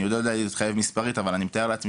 אני לא יודע להתחייב מספרית אבל אני מתאר לעצמי